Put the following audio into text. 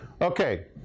Okay